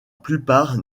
plupart